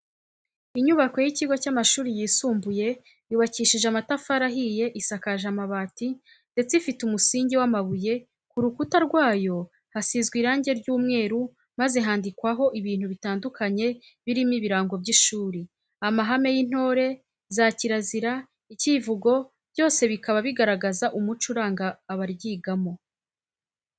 Inyubako y'ikigo cy'amashuri yisumbuye yubakishije amatafari ahiye, isakaje amabati, ndetse ifite umusingi w'amabuye, ku rukuta rwayo hasizwe irangi ry'umweru maze handikwaho ibintu bitandukanye birimo ibirango by'ishuri, amahame y'intore, za kirazira, icyivugo byose bikaba bigaragaza umuco uranga abaryigamo.